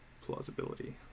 plausibility